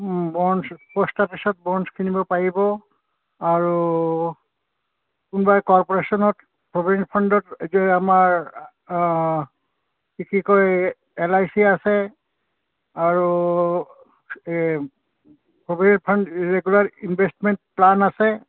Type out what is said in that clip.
bonds post অফিচত bonds কিনিব পাৰিব আৰু কোনোবাই কৰ্পৰেশ্যনত প্ৰভিডণ্ট ফাণ্ডত যে আমাৰ কি কি কয় এল আই চি আছে আৰু provident fund regular investment plan আছে